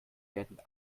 werden